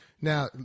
now